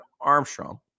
Armstrong